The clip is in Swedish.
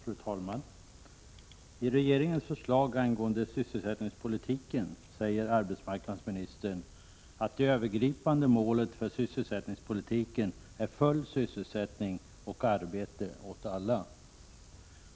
Fru talman! I regeringens förslag angående sysselsättningspolitiken säger arbetsmarknadsministern att det övergripande målet för sysselsättningspolitiken är full sysselsättning och arbete åt alla.